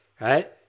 right